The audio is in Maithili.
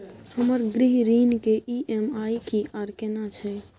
हमर गृह ऋण के ई.एम.आई की आर केना छै?